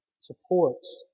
supports